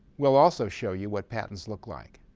we'll also show you what patents look like.